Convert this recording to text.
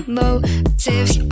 motives